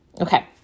okay